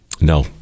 No